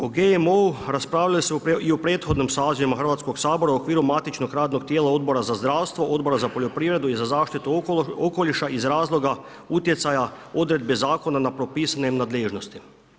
O GMO-u raspravljalo se i u prethodnim sazivima Hrvatskog sabora u okviru matičnog radnog tijela Odbora za zdravstvo, Odbora za poljoprivredu i za zaštitu okoliša iz razloga utjecaja odredbe zakona na propisanim nadležnostima.